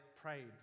prayed